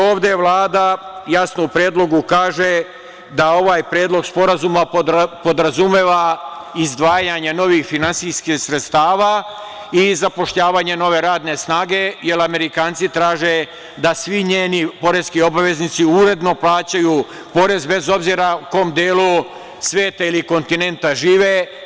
Ovde Vlada, jasno u predlogu kaže, da ovaj Predlog sporazuma podrazumeva izdvajanje novih finansijskih sredstava i zapošljavanje nove radne snage, jer Amerikanci traže da svi njeni poreskih uredno plaćaju porez bez obzira u kom delu sveta, ili kontinenta žive.